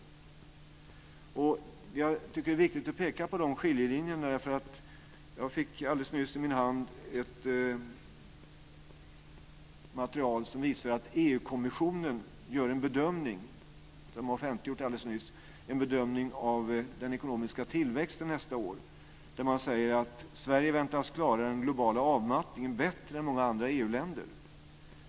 Jag tycker att det är viktigt att peka på de skiljelinjerna därför att jag alldeles nyss fick i min hand ett material som visar att EU-kommissionen gör en bedömning av den ekonomiska tillväxten nästa år, som man offentliggjort alldeles nyss, där man säger att Sverige väntas klara den globala avmattningen bättre än många andra EU-länder.